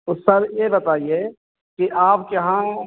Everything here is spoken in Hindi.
उस पर ये बताईए कि आपके यहाँ